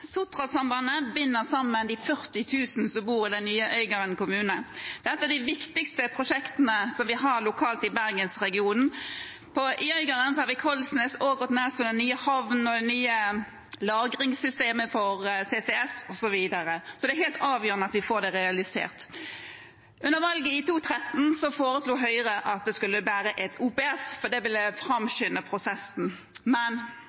Sotrasambandet binder sammen de 40 000 som bor i den nye Øygarden kommune. Det er et av de viktigste prosjektene vi har lokalt i Bergensregionen. I Øygarden har vi Kollsnes, Ågotnes, den nye havnen og det nye lagringssystemet for CCS osv., så det er helt avgjørende at vi får det realisert. Under valget i 2013 foreslo Høyre at det skulle være et OPS, for det ville